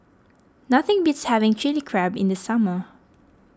nothing beats having Chilli Crab in the summer